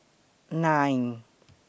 nine